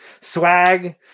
swag